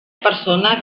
persona